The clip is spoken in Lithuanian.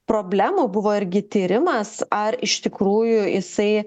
problemų buvo irgi tyrimas ar iš tikrųjų jisai